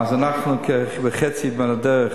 אנחנו בחצי הדרך,